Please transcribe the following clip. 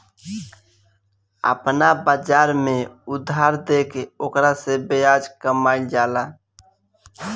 आपना बाजार में उधार देके ओकरा से ब्याज कामईल जाला